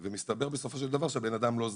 ומסתבר בסופו של דבר שהבן אדם לא זכאי.